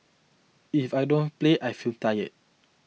if I don't play I feel tired